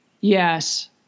Yes